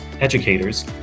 educators